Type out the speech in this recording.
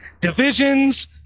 divisions